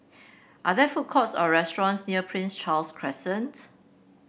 are there food courts or restaurants near Prince Charles Crescent